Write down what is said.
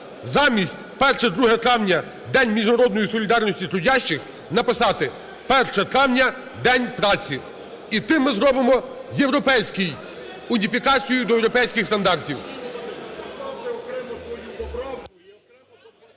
"Замість 1, 2 травня День міжнародної солідарності трудящих" написати "1 травня – День праці". І тим ми зробимо європейський… уніфікацію до європейських стандартів.